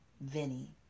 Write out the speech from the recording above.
Vinny